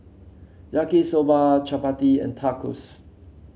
Yaki Soba Chapati and Tacos